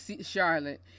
charlotte